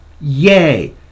Yay